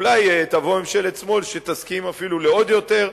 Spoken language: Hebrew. אולי תבוא ממשלת שמאל שתסכים אפילו לעוד יותר.